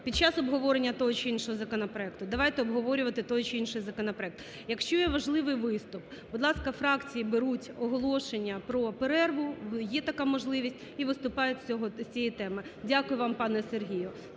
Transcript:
під час обговорення того чи іншого законопроекту давайте обговорювати той чи інший законопроект. Якщо є важливий виступ, будь ласка, фракції беруть оголошення про перерву, є така можливість, і виступають з цієї теми. Дякую вам, пане Сергію.